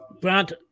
Brad